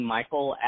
Michael